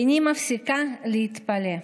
איני מפסיקה להתפלא.